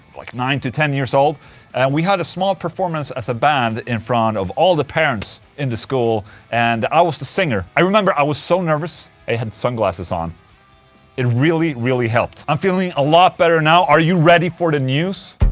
like nine to ten years old and we had a small performance as a band in front of all the parents in the school and i was the singer i remember i was so nervous i had sunglasses on it really really helped i'm feeling a lot better now, are you ready for the news?